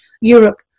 Europe